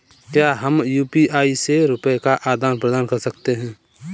क्या हम यू.पी.आई से रुपये का आदान प्रदान कर सकते हैं?